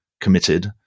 committed